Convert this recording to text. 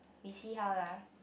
we see how lah